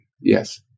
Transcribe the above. Yes